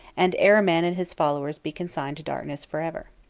and ahriman and his followers be consigned to darkness forever.